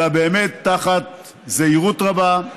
אלא באמת תחת זהירות רבה,